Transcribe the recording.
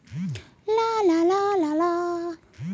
এক লক্ষ টাকার কৃষি ঋণ করলে কি রকম সুদের হারহতে পারে এক বৎসরে?